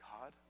God